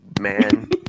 man